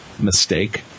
mistake